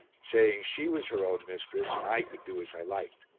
saying she was her own mistress and i could do as i liked.